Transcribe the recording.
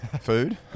Food